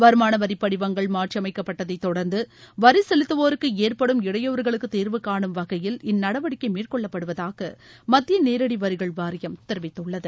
வருமான வரி படிவங்கள் மாற்றியமைக்கப்பட்டதை தொடர்ந்து வரி செலுத்தவோருக்கு ஏற்படும் இடையூறுகளுக்கு தீர்வு கானும் வகையில் இந்த நடவடிக்கை மேற்கொள்ளப்படுவதாக மத்திய நேரடி வரிகள் வாரியம் தெரிவித்துள்ளது